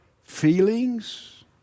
feelings